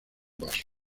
vaso